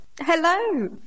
Hello